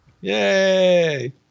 Yay